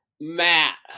Matt